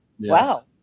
wow